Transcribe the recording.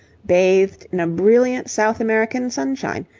bathed in a brilliant south american sunshine,